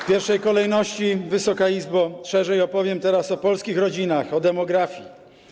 W pierwszej kolejności, Wysoka Izbo, szerzej opowiem teraz o polskich rodzinach, o demografii.